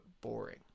boring